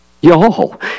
Y'all